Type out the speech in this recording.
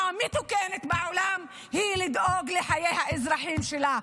מתוקנת בעולם היא לדאוג לחיי האזרחים שלה.